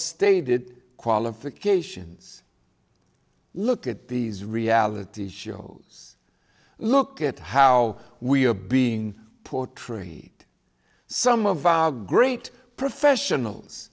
stated qualifications look at these reality shows look at how we are being portrayed some of our great professionals